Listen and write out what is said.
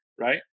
right